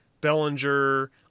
Bellinger